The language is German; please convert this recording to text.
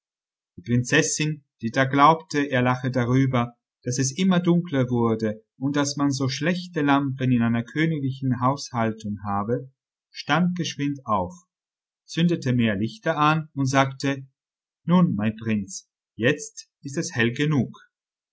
prinzessin die da glaubte er lache darüber daß es immer dunkler wurde und daß man so schlechte lampen in einer königlichen haushaltung habe stand geschwind auf zündete mehr lichter an und sagte nun mein prinz jetzt ist es hell genug